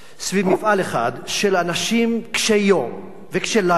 סביב מפעל אחד, של אנשים קשי יום וקשי לילה,